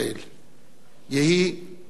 יהי זכרם ברוך.